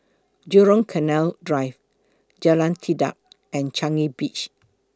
Jurong Canal Drive Jalan Tekad and Changi Beach